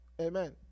Amen